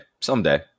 someday